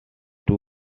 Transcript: too